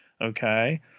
Okay